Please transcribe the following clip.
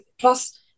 plus